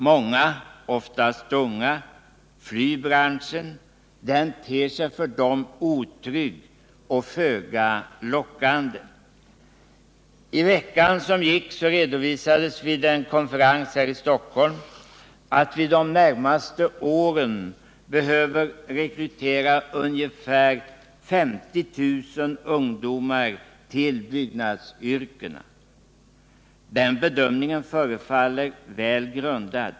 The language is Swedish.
Många, oftast de unga, flyr branschen. Den ter sig för dem otrygg och föga lockande. I veckan som gick redovisades vid en konferens här i Stockholm att vi de närmaste åren behöver rekrytera ungefär 50 000 ungdomar till byggnadsyrkena. Den bedömningen förefaller väl grundad.